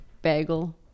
bagel